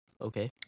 Okay